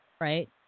right